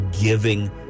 giving